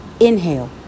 Inhale